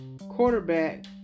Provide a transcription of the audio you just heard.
quarterback